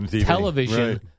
television